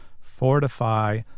fortify